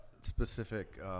specific